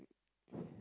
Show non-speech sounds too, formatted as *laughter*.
*breath*